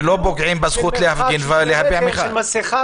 ולא פוגעים בזכות להפגין ולהביע מחאה.